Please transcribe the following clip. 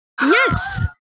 Yes